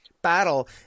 battle